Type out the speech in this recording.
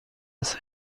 است